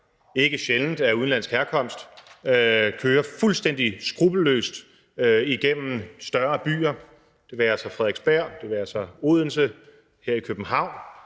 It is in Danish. ikke sjældent af udenlandsk herkomst – kører fuldstændig skruppelløst igennem større byer, det være sig Frederiksberg, det være sig Odense eller her i København